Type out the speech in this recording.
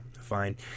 fine